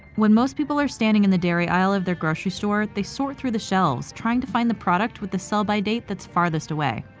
when most people are standing in the dairy aisle of their grocery store, they sort through the shelves trying to find the product with the sell-by date that's farthest away.